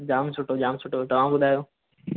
जाम सुठो जाम सुठो तव्हां ॿुधायो